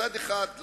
מצד אחד,